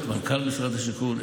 את מנכ"ל משרד השיכון,